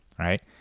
Right